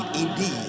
indeed